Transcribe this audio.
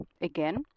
again